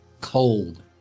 cold